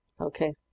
Okay